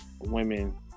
women